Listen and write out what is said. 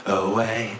away